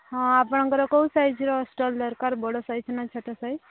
ହଁ ଆପଣଙ୍କର କେଉଁ ସାଇଜ୍ର ଷ୍ଟଲ୍ ଦରକାର ବଡ଼ ସାଇଜ୍ ନାଁ ଛୋଟ ସାଇଜ୍